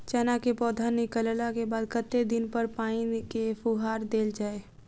चना केँ पौधा निकलला केँ बाद कत्ते दिन पर पानि केँ फुहार देल जाएँ?